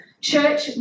Church